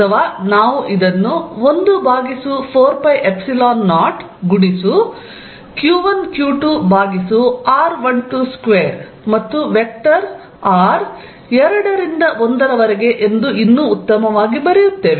ಅಥವಾ ನಾವು ಇದನ್ನು 1 ಭಾಗಿಸು 4π0 ಗುಣಿಸು q1 q2 ಭಾಗಿಸು r12 ಸ್ಕ್ವೇರ್ ಮತ್ತು ವೆಕ್ಟರ್ r 2 ರಿಂದ 1 ರವರೆಗೆ ಎಂದು ಇನ್ನೂ ಉತ್ತಮವಾಗಿ ಬರೆಯುತ್ತೇವೆ